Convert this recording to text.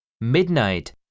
Midnight